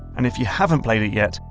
and if you haven't played it yet,